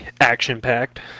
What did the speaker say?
action-packed